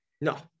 No